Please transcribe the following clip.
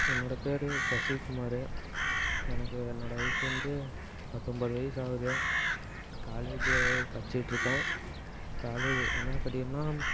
என்னோடய பேர் சசிகுமார் எனக்கு என்னோடய வயது வந்து பத்தொன்பது வயது ஆகுது காலேஜு படிச்சிகிட்டுருக்கேன் காலேஜு என்ன படிக்கிறேன்னா